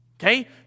Okay